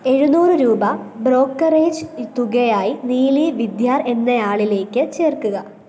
എഴുനൂറ് രൂപ ബ്രോക്കറേജ് തുകയായി നീലി വിദ്യാർ എന്നയാളിലേക്ക് ചേർക്കുക